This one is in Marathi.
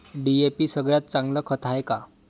डी.ए.पी सगळ्यात चांगलं खत हाये का?